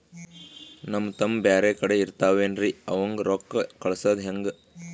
ನಮ್ ತಮ್ಮ ಬ್ಯಾರೆ ಕಡೆ ಇರತಾವೇನ್ರಿ ಅವಂಗ ರೋಕ್ಕ ಕಳಸದ ಹೆಂಗ?